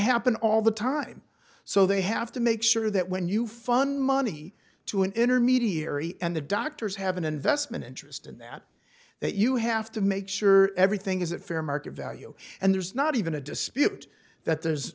happen all the time so they have to make sure that when you fund money to an intermediary and the doctors have an investment interest in that that you have to make sure everything is that fair market value and there's not even a dispute that there's